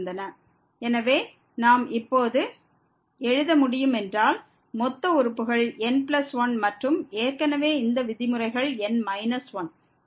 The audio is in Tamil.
எனவே நாம் இப்போது எழுத முடியும் என்றால் மொத்த உறுப்புகள் n1மற்றும் ஏற்கனவே இந்த விதிமுறைகள் n 1 எனவே n1